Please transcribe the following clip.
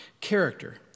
character